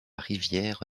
rivière